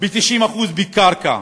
ו-90% בקרקע.